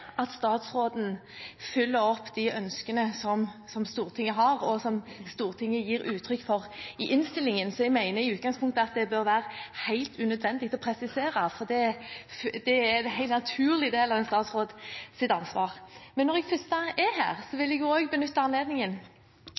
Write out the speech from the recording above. at statsråden følger opp de ønskene som Stortinget har, og som Stortinget gir uttrykk for i innstillingen. Så jeg mener at det i utgangspunktet bør være helt unødvendig å presisere, for det er en helt naturlig del av en statsråds ansvar. Når jeg først er her oppe, vil jeg benytte anledningen